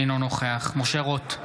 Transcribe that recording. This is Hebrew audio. אינו נוכח משה רוט,